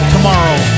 Tomorrow